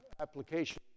application